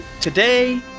today